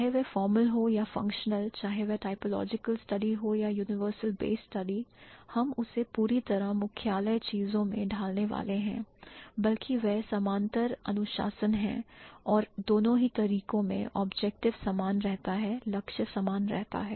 चाहे वह formal हो या functional चाहे वह typological study हो या universal base study हम उसे पूरी तरह मुख्यालय चीजों में डालने वाले हैं बल्कि वह समानांतर अनुशासन हैं और दोनों ही तरीकों में ऑब्जेक्टिव समान रहता है लक्ष्य समान रहता है